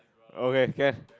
okay can